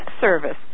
service